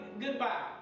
goodbye